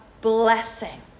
blessing